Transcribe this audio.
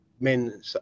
Men